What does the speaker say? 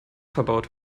verbaut